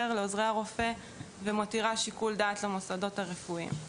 לעוזרי הרופא ומותירה שיקול דעת למוסדות הרפואיים.